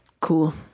Cool